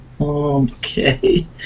okay